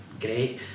great